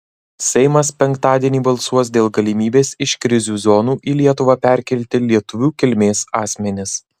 seimas penktadienį balsuos dėl galimybės iš krizių zonų į lietuvą perkelti lietuvių kilmės asmenis